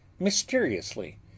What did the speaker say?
mysteriously